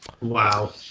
Wow